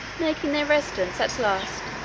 making their residence, at last,